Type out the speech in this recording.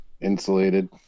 insulated